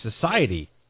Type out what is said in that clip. Society